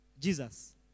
Jesus